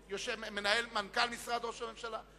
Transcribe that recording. עם מנכ"ל משרד ראש הממשלה.